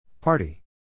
Party